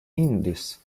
indies